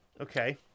Okay